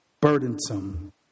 burdensome